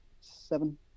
seven